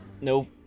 No